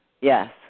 Yes